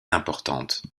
importantes